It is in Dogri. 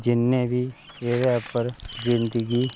जिन्ने बी इं'दे पर जिंदगी